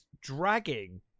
dragging